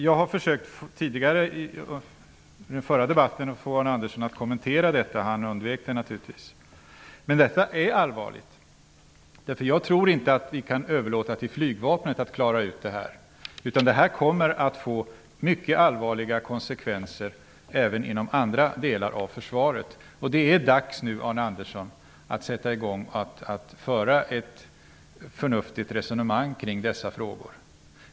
Jag försökte i den förra debatten att få Arne Andersson att kommentera detta. Han undvek det naturligtvis. Men detta är allvarligt. Jag tror inte att vi kan överlåta till flygvapnet att klara ut denna fråga. Det kommer att få mycket allvarliga konsekvenser även inom andra delar av försvaret. Det är dags nu, Arne Andersson, att föra ett förnuftigt resonemang kring dessa frågor.